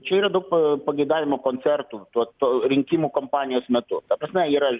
čia yra daug pageidavimo koncertų tuo to rinkimų kampanijos metu ta prasme yra